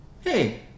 hey